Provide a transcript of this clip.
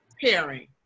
pairing